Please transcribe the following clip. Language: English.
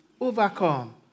overcome